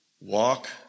walk